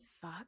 fuck